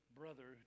brother